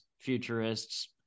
futurists